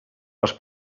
els